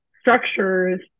structures